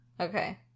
Okay